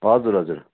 हजुर हजुर